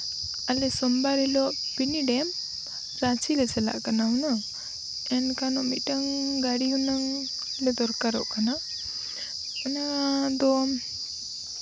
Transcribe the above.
ᱟᱮ ᱥᱚᱢᱵᱟᱨ ᱦᱤᱞᱳᱜ ᱵᱤᱱᱤᱰ ᱮᱢ ᱨᱟᱸᱪᱤ ᱞᱮ ᱪᱟᱞᱟᱜ ᱠᱟᱱᱟ ᱦᱩᱱᱟᱹᱝ ᱮᱱᱠᱷᱟᱱ ᱢᱤᱫᱴᱟᱹᱝ ᱜᱟᱹᱰᱤ ᱦᱩᱱᱟᱹᱝ ᱞᱮ ᱫᱚᱨᱠᱟᱨᱚᱜ ᱠᱟᱱᱟ ᱚᱱᱟ ᱫᱚ